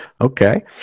Okay